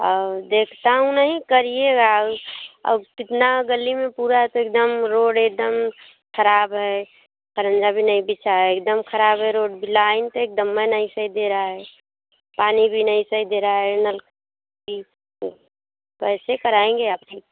और देखता हूँ नहीं करिएगा और और कितना गली में पूरा तो एकदम रोड एकदम खराब है खरंजा भी नहीं बिछाया एकदम खराब है रोड लाइन तो एकदम ही नहीं सही दे रहा है पानी भी नहीं सही दे रहा है नल ठीक कैसे आप कराएंगे आप ठीक